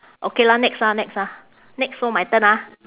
okay lah next ah next ah next so my turn ah